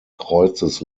kreuzes